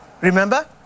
remember